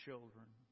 children